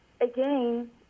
again